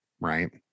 right